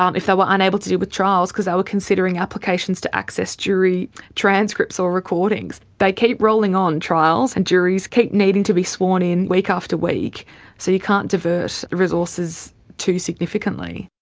um if they were unable to deal with trials because they were considering applications to access jury transcripts or recordings. they keep rolling on, trials, and juries keep needing to be sworn in, week after week. so you can't divert resources too significantly.